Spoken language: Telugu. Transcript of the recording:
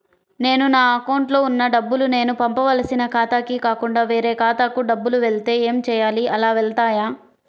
నేను నా అకౌంట్లో వున్న డబ్బులు నేను పంపవలసిన ఖాతాకి కాకుండా వేరే ఖాతాకు డబ్బులు వెళ్తే ఏంచేయాలి? అలా వెళ్తాయా?